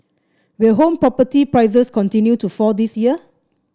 will home property prices continue to fall this year